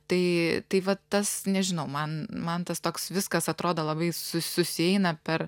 tai tai va tas nežinau man man tas toks viskas atrodo labai su susieina per